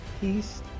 peace